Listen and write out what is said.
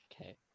Okay